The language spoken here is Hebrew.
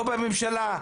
לא בממשלה,